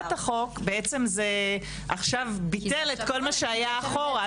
החוק בעצם ביטל את כל מה שהיה אחורה,